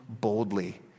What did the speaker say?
boldly